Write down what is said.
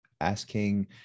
asking